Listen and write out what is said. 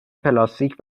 پلاستیک